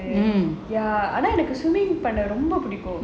ya ஆனா எனக்கு:aanaa enakku பண்ண ரொம்ப பிடிக்கும்:panna romba pidikum